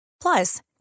Plus